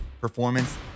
performance